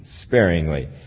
sparingly